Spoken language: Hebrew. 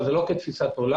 אבל זה לא כתפיסת עולם.